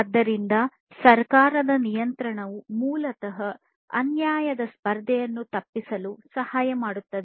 ಆದ್ದರಿಂದ ಸರ್ಕಾರದ ನಿಯಂತ್ರಣವು ಮೂಲತಃ ಅನ್ಯಾಯದ ಸ್ಪರ್ಧೆಯನ್ನು ತಪ್ಪಿಸಲು ಸಹಾಯ ಮಾಡುತ್ತದೆ